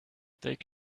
take